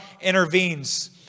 intervenes